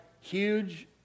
huge